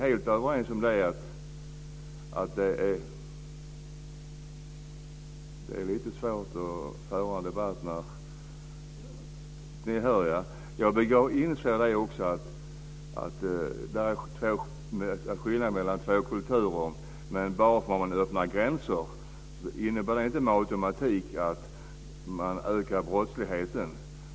Jag inser också att det handlar om en skillnad mellan två kulturer, men bara för att man öppnar gränser innebär inte det med automatik att man ökar brottsligheten.